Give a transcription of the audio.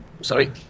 Sorry